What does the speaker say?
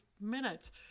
minutes